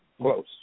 close